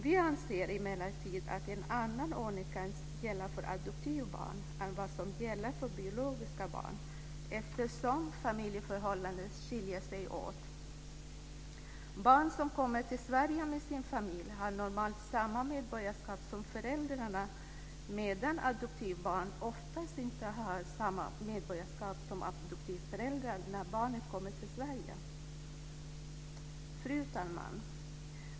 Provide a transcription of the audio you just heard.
Vi anser emellertid att en annan ordning kan gälla för adoptivbarn än vad som gäller för biologiska barn, eftersom familjeförhållandena skiljer sig åt. Barn som kommer till Sverige med sin familj har normalt samma medborgarskap som föräldrarna, medan adoptivbarn oftast inte har samma medborgarskap som adoptivföräldrarna när barnet kommer till Sverige. Fru talman!